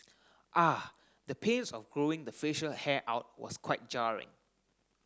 ah the pains of growing the facial hair out was quite jarring